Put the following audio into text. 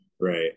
right